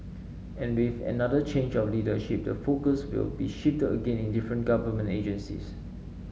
and with another change of leadership the focus will be shifted again in different government agencies